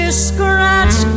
scratch